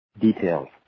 Details